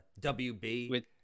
WB